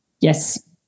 Yes